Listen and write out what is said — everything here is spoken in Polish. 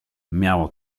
miało